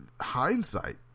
Hindsight